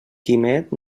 quimet